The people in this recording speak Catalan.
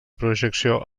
projecció